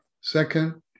Second